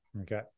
Okay